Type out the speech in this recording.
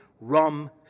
Rum